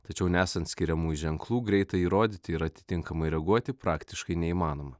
tačiau nesant skiriamųjų ženklų greitai įrodyti ir atitinkamai reaguoti praktiškai neįmanoma